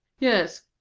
yes.